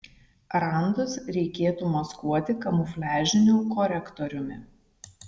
randus reikėtų maskuoti kamufliažiniu korektoriumi